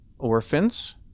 orphans